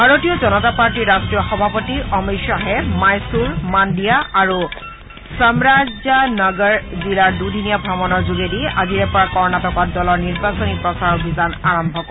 ভাৰতীয় জনতা পাৰ্টীৰ ৰাষ্ট্ৰীয় সভাপতি অমিত শ্বাহে মাইচুৰ মাণ্ডিয়া আৰু সমৰাজানগৰ জিলাৰ দুদিনীয়া ভ্ৰমণৰ যোগেদি আজিৰে পৰা কৰ্ণাটকত দলৰ নিৰ্বাচনী প্ৰচাৰ অভিযান আৰম্ভ কৰে